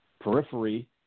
periphery